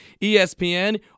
ESPN